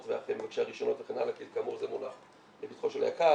ואחרי מבקשי הרישיונות וכן הלאה כי כאמור זה מונח לפתחו של היק"ר.